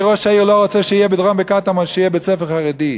כי ראש העיר לא רוצה שיהיה בקטמון בית-ספר חרדי.